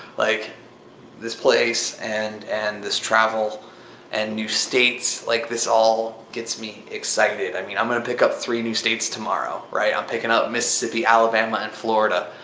like this place and and this travel and new states, like, this all gets me excited. i mean, i'm gonna pick up three new states tomorrow, right? i'm picking up mississippi, alabama and florida,